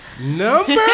Number